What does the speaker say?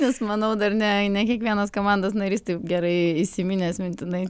nes manau dar ne ne kiekvienas komandos narys taip gerai įsiminęs mintinai